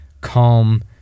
calm